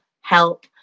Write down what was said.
help